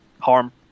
harm